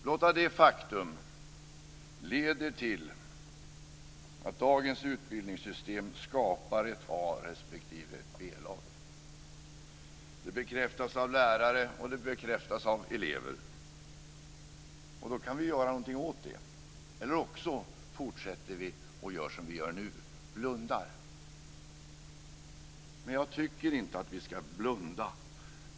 Blotta faktumet leder till att dagens utbildningssystem skapar ett A respektive ett B-lag. Det bekräftas av lärare, och det bekräftas av elever. Då kan vi göra någonting åt det, eller så kan vi fortsätta att göra som vi gör nu och blunda. Men jag tycker inte att vi ska blunda.